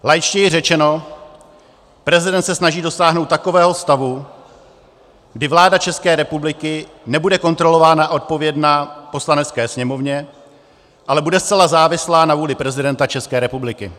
Laičtěji řečeno, prezident se snaží dosáhnout takového stavu, kdy vláda České republiky nebude kontrolována a odpovědná Poslanecké sněmovně, ale bude zcela závislá na vůli prezidenta České republiky.